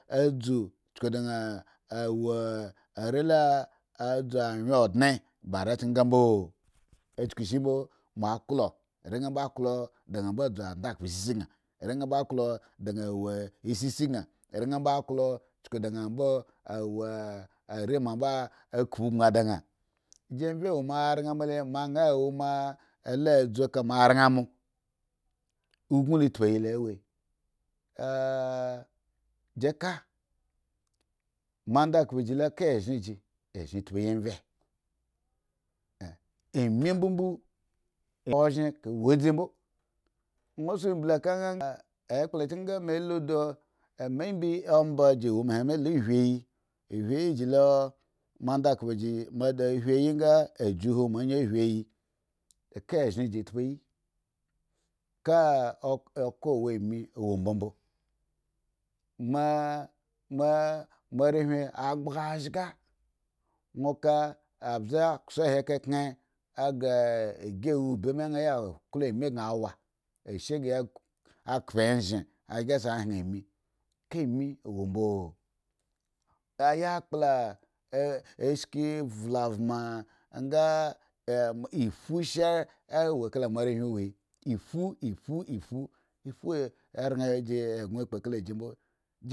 Edzu chukudanga a wo are la ho anye odne ba are chen nga mbo chuka shi mbo are nga mbo klo dzn andakubu isi san ore nga mbo klo da an wo sis yan are nga mbo klo are an wo sis gan are nga mbo klo are mo kubu di nga ji vye we me aren me le mo an a dzu kama aren a me ogun la tyuyi lo wa di ka ma andakubu jilo ka eshzen ji eshzen tpuyi vye ami mbobo oshzen ka wo zi mbo. won se ble ka gansa ekpla cheunga me lu odo ame mbi ombaji woma he me lo huiyi, hwiyi jilo ma andakubuji ma da hwi yi anga a juhu mo ayin a indi yi ka eshezen ji tpuyi oko awa ni awo mbobo mo are hwin a agbazga abe ksu ahe kaken ghre igi ube me la nga klo ami gan wa ashe kaya kpu eshe an ayga sa hwen ami ka ami a wo mbo ayapla ashki vlavma anga ephu sha ewo kala mo arehwin chuhe ephu ephu ephu ephu ran ji eggon kpo kala ji mbo.